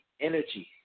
energy